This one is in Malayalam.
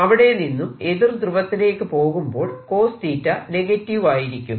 അവിടെനിന്നും എതിർ ധ്രുവത്തിലേക്ക് പോകുമ്പോൾ നെഗറ്റീവ് ആയിരിക്കും